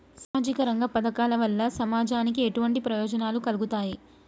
సామాజిక రంగ పథకాల వల్ల సమాజానికి ఎటువంటి ప్రయోజనాలు కలుగుతాయి?